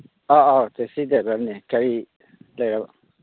ꯑꯥ ꯑꯥ ꯇꯦꯛꯁꯤ ꯗ꯭ꯔꯥꯏꯚꯔꯅꯦ ꯀꯔꯤ ꯂꯩꯔꯕ